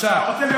אתה רוצה,